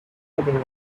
anything